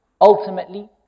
ultimately